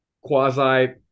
quasi –